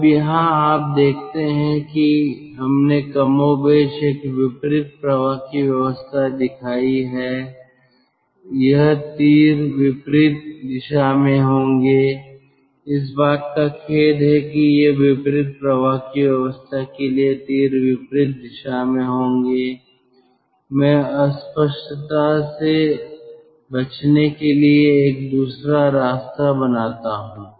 अब यहाँ आप देखते हैं कि हमने कमोबेश एक विपरीत प्रवाह की व्यवस्था दिखाएं है यह तीर विपरीत दिशा में होंगे इस बात का खेद है कि ये विपरीत प्रवाह की व्यवस्था के लिए तीर विपरीत दिशा में होंगे मैं अस्पष्टता से बचने के लिए एक दूसरा रास्ता बनाता हूं